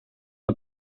una